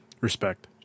respect